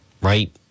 right